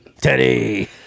Teddy